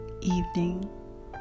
evening